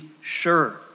sure